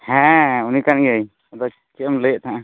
ᱦᱮᱸ ᱩᱱᱤ ᱠᱟᱱ ᱜᱤᱭᱟᱹᱧ ᱟᱫᱚ ᱪᱮᱫ ᱮᱢ ᱞᱟᱹᱭᱮᱫ ᱠᱟᱱ ᱛᱟᱦᱮᱱᱟ